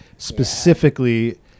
specifically